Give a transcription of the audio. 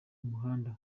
umuhanda